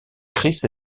chris